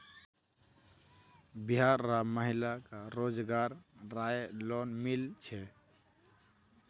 बिहार र महिला क रोजगार रऐ लोन मिल छे